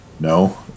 No